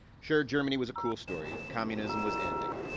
sure, germany was a cool story. communism was ending.